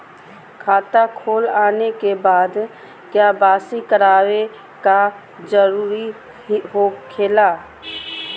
खाता खोल आने के बाद क्या बासी करावे का जरूरी हो खेला?